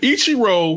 Ichiro